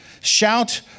Shout